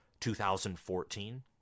2014